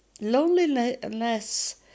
Loneliness